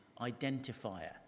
identifier